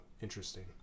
interesting